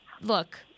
look